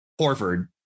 Horford